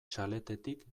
txaletetik